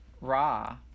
Raw